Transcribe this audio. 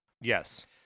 Yes